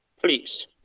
Please